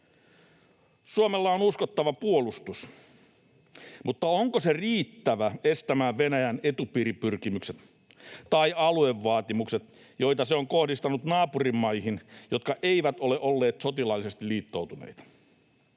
Suomella on uskottava puolustus, mutta onko se riittävä estämään Venäjän etupiiripyrkimykset tai aluevaatimukset, joita se on kohdistanut naapurimaihin, jotka eivät ole olleet sotilaallisesti liittoutuneita?